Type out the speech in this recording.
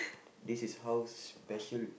this is how special